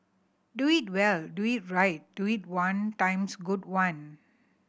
do it well do it right do it one times good one